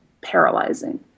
paralyzing